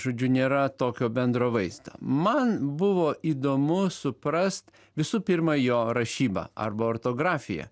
žodžiu nėra tokio bendro vaizdo man buvo įdomu suprast visų pirma jo rašybą arba ortografiją